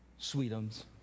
sweetums